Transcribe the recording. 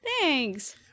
Thanks